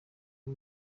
w’u